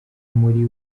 muri